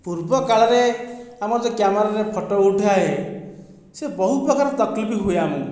ପୂର୍ବ କାଳରେ ଆମର ଯେ କ୍ୟାମେରାରେ ଫଟୋ ଉଠାହୁଏ ସେ ବହୁ ପ୍ରକାର ତକଲୀଫ ହୁଏ ଆମକୁ